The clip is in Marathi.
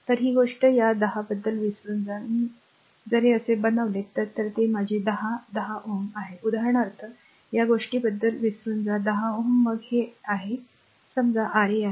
तर ही गोष्ट या 10 बद्दल विसरून जा मी जर हे असे बनवले तर ते माझे 10 10 Ω आहे उदाहरणार्थ या गोष्टीबद्दल विसरून जा 10 Ω मग हे r आहे हे समजा r a आहे